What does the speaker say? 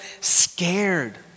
scared